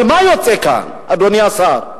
אבל מה יוצא כאן, אדוני השר?